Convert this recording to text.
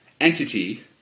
entity